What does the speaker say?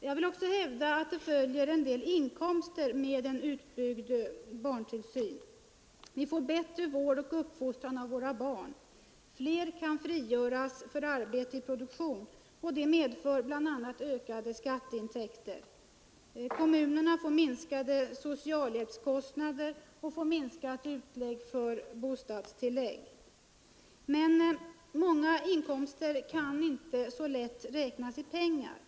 Jag vill också hävda att det följer en del vinster med en utbyggd barntillsyn. Vi får bättre vård och uppfostran av våra barn. Fler föräldrar kan frigöras för arbete i produktionen, och det medför bl.a. ökade skatteintäkter. Kommunerna får minskade socialhjälpskostnader och minskade utlägg för bostadstillägg. Men många vinster kan inte så lätt räknas i pengar. Bl.